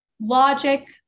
logic